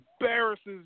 embarrasses